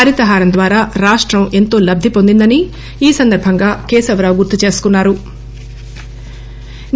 హరిత హారం ద్వారా రాష్టం ఎంతో లబ్ది పొందిందని ఈ సందర్భంగా కేశవరావు గుర్తు చేసుకున్నా రు